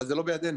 אבל זה לא בידינו.